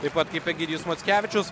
taip pat kaip egidijus mockevičius